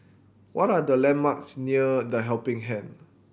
what are the landmarks near The Helping Hand